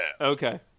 Okay